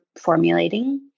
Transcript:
formulating